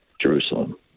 Jerusalem